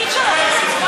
מי מבקש?